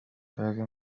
imbaraga